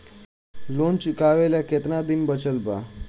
Loan चुकावे ला कितना दिन बचल बा?